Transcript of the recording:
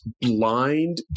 blind